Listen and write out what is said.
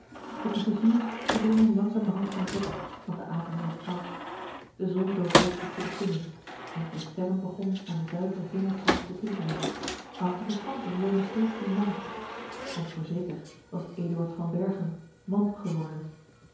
de passagiers verdwenen langzamerhand van het dek want de avond werd koud de zon dook weg achter de kimmen enkele sterren begonnen aan den zuiveren hemeltrans te tintelen maar op de verschansing leunde steeds die man want voorzeker was eduard van bergen man geworden